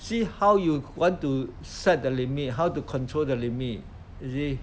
see how you want to set the limit how to control the limit you see